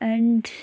and